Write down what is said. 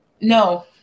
No